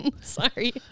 Sorry